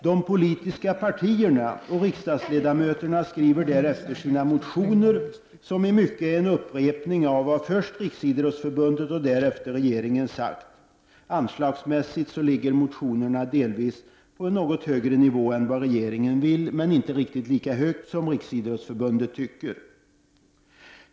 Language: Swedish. De politiska partierna och riksdagsledamöterna skriver därefter sina motioner, som mycket är en upprepning av vad först Riksidrottsförbundet och därefter regeringen har sagt. Anslagsmässigt ligger motionerna delvis på en något högre nivå än regeringens, men inte på en lika hög nivå som Riksidrottsförbundets.